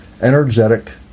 energetic